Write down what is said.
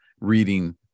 reading